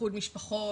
איחוד משפחות,